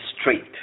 straight